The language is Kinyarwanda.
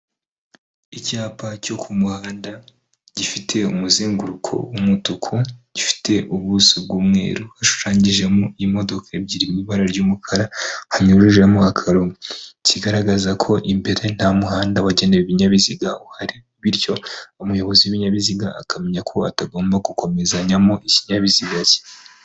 Icyapa cyo ku muhanda gifite umuzenguruko w'mutuku gifite ubuso bw'umweru, hashushanyijemo imodoka ebyiri mu ibara ry'umukara hanyujemo akarongo, kigaragaza ko imbere nta muhanda wagenewe ibinyabiziga uhari bityo umuyobozi w'ibinyabiziga akamenya ko atagomba gukomezanyamo ikinyabiziga cye.